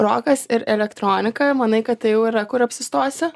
rokas ir elektronika manai kad tai jau yra kur apsistosi